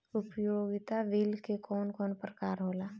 उपयोगिता बिल के कवन कवन प्रकार होला?